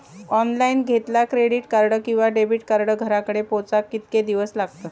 Online घेतला credit card किंवा debit card घराकडे पोचाक कितके दिस लागतत?